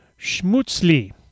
Schmutzli